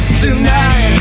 Tonight